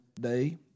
day